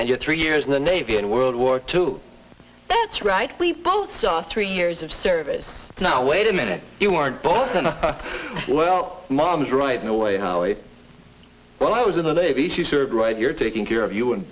and your three years in the navy in world war two that's right we both saw three years of service now wait a minute you weren't born well mom's right no way no way well i was in the navy she served right here taking care of you and